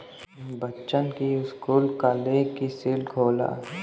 बच्चन की school college की सिल्क होला